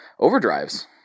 overdrives